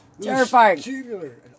Terrifying